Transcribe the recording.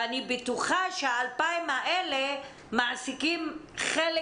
ואני בטוחה שה-2,000 האלה מעסיקים חלק